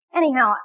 anyhow